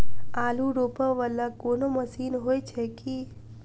आलु रोपा वला कोनो मशीन हो छैय की?